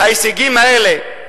ההישגים האלה,